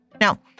Now